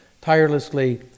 tirelessly